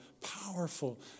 powerful